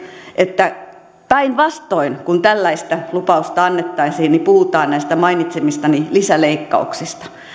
että päinvastoin kuin tällaista lupausta annettaisiin puhutaan näistä mainitsemistani lisäleikkauksista